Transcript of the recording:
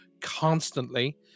constantly